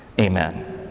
Amen